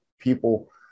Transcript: people